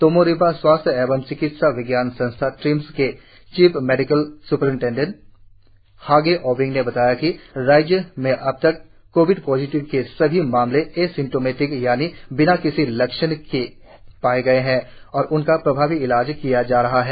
तोमो रिबा स्वास्थ्य एवं चिकित्सा विज्ञान संस्थान ट्रिम्स के chief medical superintendent Hage Ambing ने बताया कि राज्य में अबतक कोविड पॉजिटिव के सभी मामले एसिम्टोमेटिक यानि बिना किसी लक्षण के है और उनका प्रभावी इलाज किया जा रहा है